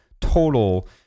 total